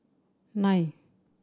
nine